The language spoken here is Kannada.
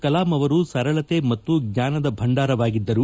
ಕಲಾಂ ಅವರು ಸರಳತೆ ಮತ್ತು ಜ್ವಾನದ ಭಂಡಾರವಾಗಿದ್ದರು